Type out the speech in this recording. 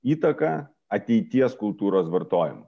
įtaką ateities kultūros vartojimui